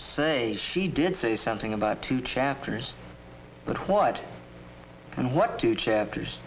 say she did say something about two chapters but what and what two chapters